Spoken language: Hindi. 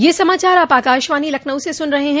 ब्रे क यह समाचार आप आकाशवाणी लखनऊ से सुन रहे हैं